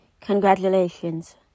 Congratulations